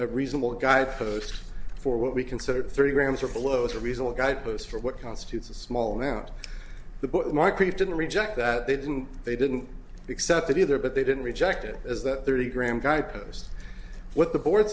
a reasonable guy post for what we consider thirty grams or below is a reasonable guide post for what constitutes a small amount the book market didn't reject that they didn't they didn't accept it either but they didn't reject it as that thirty gram guy posed what the board